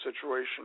situation